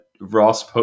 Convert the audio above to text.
Ross